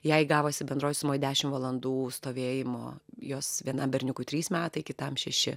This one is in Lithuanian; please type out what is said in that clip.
jai gavosi bendroj sumoj dešim valandų stovėjimo jos vienam berniukui trys metai kitam šeši